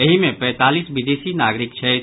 एहि मे पैंतालीस विदेशी नागरिक छथि